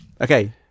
okay